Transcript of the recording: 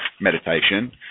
meditation